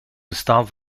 bestaan